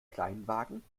kleinwagen